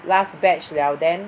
last batch liao then